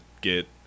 get